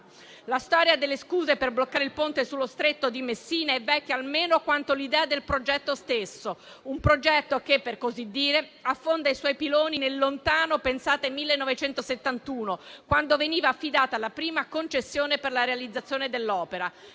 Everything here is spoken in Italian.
La storia delle scuse per bloccare il Ponte sullo Stretto di Messina è vecchia almeno quanto l'idea del progetto stesso; un progetto che - per così dire - affonda i suoi piloni nel lontano 1971, quando veniva affidata la prima concessione per la realizzazione dell'opera;